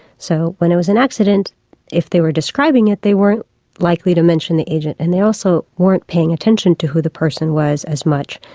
so when it was an accident if they were describing it they weren't likely to mention the agent and they also weren't paying attention to who the person was as much,